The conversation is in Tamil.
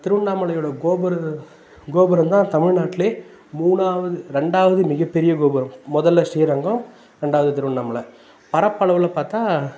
திருவண்ணாமலையோட கோபுர கோபுரந்தான் தமிழ்நாட்டிலே மூணாவது ரெண்டாவது மிகப்பெரிய கோபுரம் முதல்ல ஸ்ரீரங்கம் ரெண்டாவது திருவண்ணாமலை பரப்பளவில் பார்த்தா